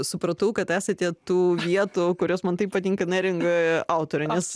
supratau kad esate tų vietų kurios man taip patinka neringoje autorė nes